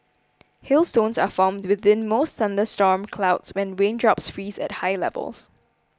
hailstones are formed within most thunderstorm clouds when raindrops freeze at high levels